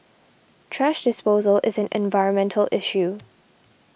thrash disposal is an environmental issue